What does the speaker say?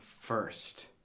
first